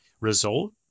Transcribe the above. result